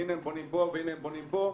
והינה הם בונים פה והינה הם בונים פה,